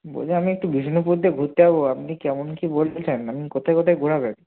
বড়দা আমি একটু বিষ্ণুপুর দিকে ঘুরতে যাবো আপনি কেমন কী বলতেছেন আপনি কোথায় কোথায় ঘোরাবেন